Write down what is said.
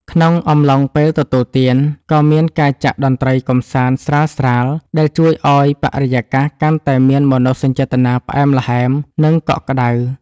ក្នុងអំឡុងពេលទទួលទាន ក៏មានការចាក់តន្ត្រីកម្សាន្តស្រាលៗ ដែលជួយឱ្យបរិយាកាសកាន់តែមានមនោសញ្ចេតនាផ្អែមល្ហែម និងកក់ក្ដៅ។